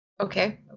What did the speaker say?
Okay